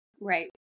Right